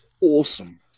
awesome